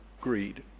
greed